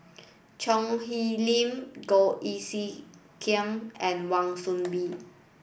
Choo Hwee Lim Goh Eck Kheng and Wan Soon Bee